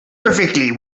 perfectly